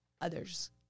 others